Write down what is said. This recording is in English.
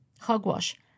Hogwash